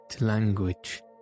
language